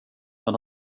men